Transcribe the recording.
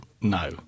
no